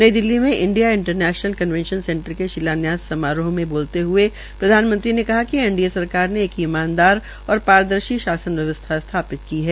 नई दिल्ली में India International Convention Centre के शिलान्यास समारोह मे बोलते हये प्रधानमंत्री के कहा कि एनडीए सरकार ने एक ईमानदार और पारदर्शी शासन व्यवस्था स्थापित की है